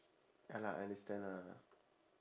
ya lah understand lah